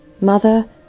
Mother